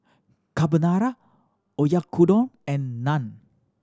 Carbonara Oyakodon and Naan